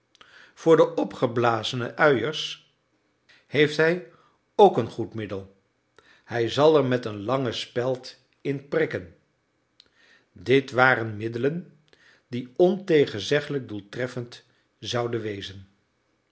voor de opgeblazene uiers heeft hij ook een goed middel hij zal er met een lange speld in prikken dit waren middelen die ontegenzeggelijk doeltreffend zouden wezen